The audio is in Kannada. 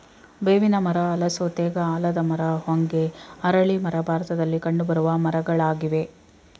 ಬೇವಿನ ಮರ, ಹಲಸು, ತೇಗ, ಆಲದ ಮರ, ಹೊಂಗೆ, ಅರಳಿ ಮರ ಭಾರತದಲ್ಲಿ ಕಂಡುಬರುವ ಮರಗಳಾಗಿವೆ